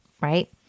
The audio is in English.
Right